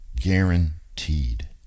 Guaranteed